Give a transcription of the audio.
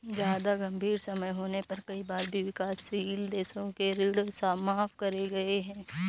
जादा गंभीर समस्या होने पर कई बार विकासशील देशों के ऋण माफ करे गए हैं